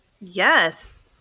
Yes